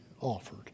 offered